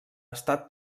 estat